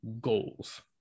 goals